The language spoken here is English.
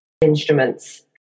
instruments